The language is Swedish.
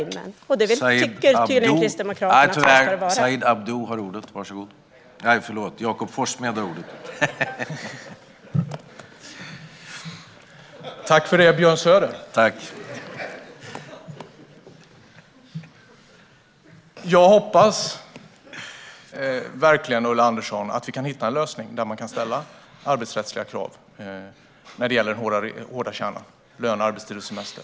Så tycker tydligen Kristdemokraterna att det ska vara.